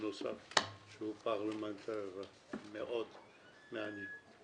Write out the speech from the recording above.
בנוסף לזה שהוא פרלמנטר מאוד מעניין.